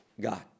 God